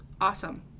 awesome